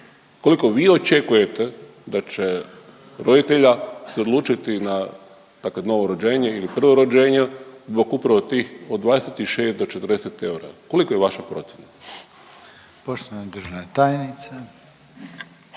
Koliko vi očekujete da će roditelja se odlučiti na novorođenje ili prvo rođenje zbog upravo tih od 26 do 40 eura, kolika je vaša procjena?